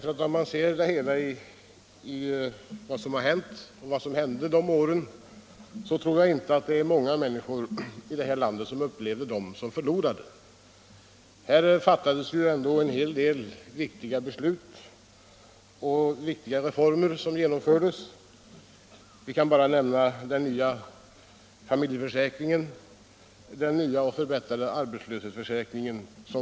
Jag tror nämligen att många människor i det här landet inte ser dessa två år som förlorade, när de blickar tillbaka på vad som hände. Det fattades ju ändå en hel del viktiga beslut och viktiga reformer genomfördes. Jag kan bara nämna den nya familjeförsäkringen och den nya och förbättrade arbetslöshetsförsäkringen.